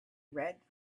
red